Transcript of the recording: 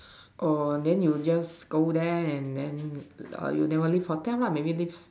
orh then you just go then and then uh you never leave hotel lah maybe leave